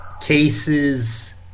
Cases